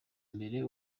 imbere